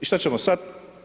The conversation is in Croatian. I šta ćemo sada?